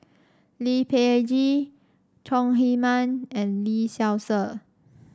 Lee Peh Gee Chong Heman and Lee Seow Ser